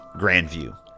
grandview